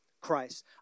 Christ